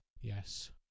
yes